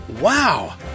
Wow